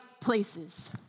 places